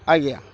ଆଜ୍ଞା